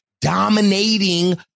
dominating